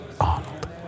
Arnold